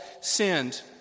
sinned